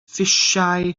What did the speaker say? ffiwsia